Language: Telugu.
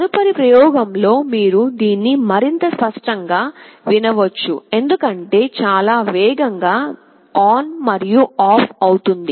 తదుపరి ప్రయోగంలో మీరు దీన్ని మరింత స్పష్టంగా వినవచ్చు ఎందుకంటే చాలా వేగంగా ఆన్ మరియు ఆఫ్ అవుతుంది